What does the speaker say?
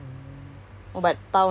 somewhere more accessible ah